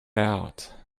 out